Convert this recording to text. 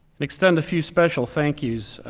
and extend a few special thank yous,